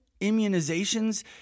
immunizations